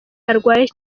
arwaye